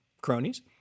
cronies